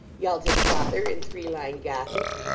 yelled his father, in three-line gothic.